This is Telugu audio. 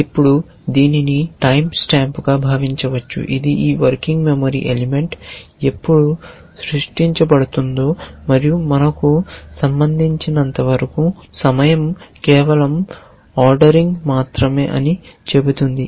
ఇప్పుడు దీనిని టైమ్ స్టాంప్గా భావించవచ్చు ఇది ఈ వర్కింగ్ మెమరీ ఎలిమెంట్ ఎప్పుడు సృష్టించబడిందో మరియు మనకు సంబంధించినంతవరకు సమయం కేవలం ఆర్డరింగ్ మాత్రమే అని చెబుతుంది